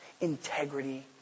Integrity